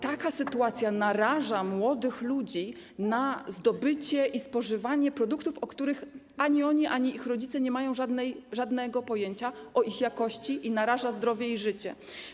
Taka sytuacja naraża młodych ludzi na zdobycie i spożywanie produktów, o których ani oni, ani ich rodzice nie mają żadnego pojęcia, jeżeli chodzi o ich jakość, i naraża zdrowie i życie.